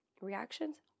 reactions